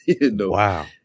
Wow